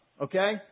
Okay